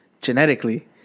genetically